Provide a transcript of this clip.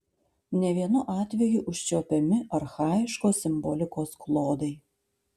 ne vienu atveju užčiuopiami archaiškos simbolikos klodai